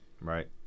Right